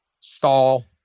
stall